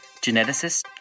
geneticist